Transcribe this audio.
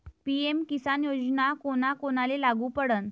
PM Kisan योजना कोना कोनाले लागू पडन?